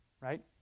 right